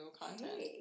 content